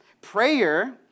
Prayer